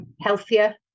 healthier